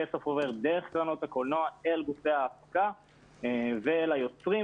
הכסף עובר דרך קרנות הקולנוע אל גופי ההפקה ואל היוצרים,